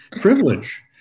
privilege